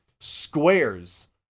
squares